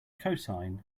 cosine